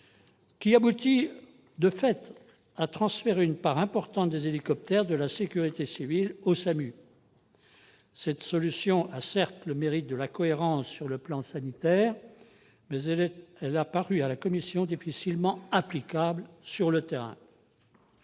aboutissait de fait à transférer une part importante des hélicoptères de la sécurité civile aux SAMU. Cette solution avait certes le mérite de la cohérence sur le plan sanitaire, mais elle a paru à la commission difficilement applicable sur le terrain.